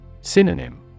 Synonym